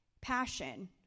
passion